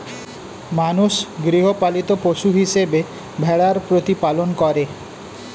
মানুষ গৃহপালিত পশু হিসেবে ভেড়ার প্রতিপালন করে